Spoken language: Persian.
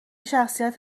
شخصیت